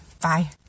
Bye